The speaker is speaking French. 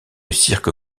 cirque